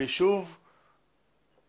אני